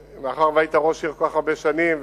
מאחר שהיית ראש עיר כל כך הרבה שנים,